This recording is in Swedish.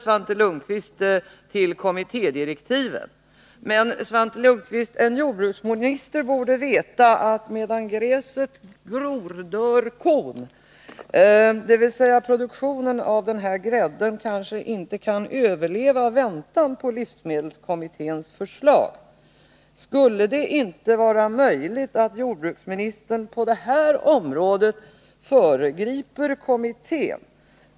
Svante Lundkvist hänvisade till kommittédirektiven. Men, Svante Lundkvist, en jordbruksminister borde veta att medan gräset gror dör kon, dvs. produktionen av den här grädden kanske inte kan överleva väntan på livsmedelskommitténs förslag. Skulle det inte vara möjligt att jordbruksministern på den här punkten föregriper kommittén?